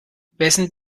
wessen